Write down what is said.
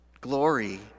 Glory